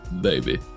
baby